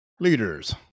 Leaders